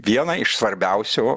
viena iš svarbiausių